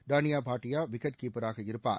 Tania Bhatia wicket கீப்பராக இருப்பார்